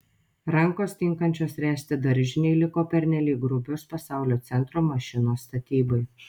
rankos tinkančios ręsti daržinei liko pernelyg grubios pasaulio centro mašinos statybai